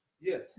Yes